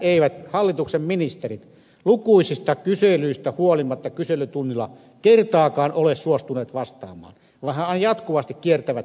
tähän eivät hallituksen ministerit lukuisista kyselyistä huolimatta kyselytunnilla kertaakaan ole suostuneet vastaamaan vaan jatkuvasti kiertävät tämän kysymyksen